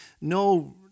no